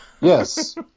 Yes